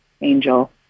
Angel